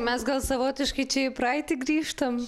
mes gal savotiškai čia į praeitį grįžtam